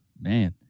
man